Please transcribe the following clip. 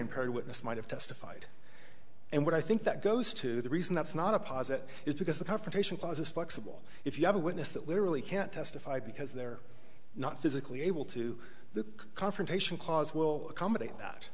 impaired witness might have testified and what i think that goes to the reason that's not a posit is because the confrontation clause is flexible if you have a witness that literally can't testify because they're not physically able to the confrontation clause will accommodate that